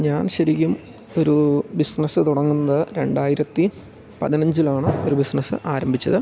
ഞാൻ ശരിക്കും ഒരു ബിസ്നസ്സ് തുടങ്ങുന്നത് രണ്ടായിരത്തി പതിനഞ്ചിലാണ് ഒരു ബിസ്നസ്സ് ആരംഭിച്ചത്